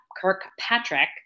Kirkpatrick